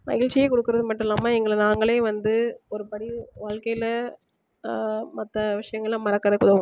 மகிழ்ச்சியை கொடுக்கறது மட்டும் இல்லாமல் எங்களை நாங்களே வந்து ஒரு படி வாழ்க்கையில் மற்ற விஷயங்கள மறக்கறக்கு உதவும்